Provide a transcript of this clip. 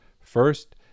First